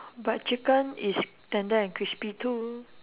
but chicken is tender and crispy too